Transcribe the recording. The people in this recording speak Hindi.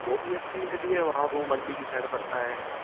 वह भी अच्छी ही सिटी है वहाँ वह मंडी की साइड पड़ता है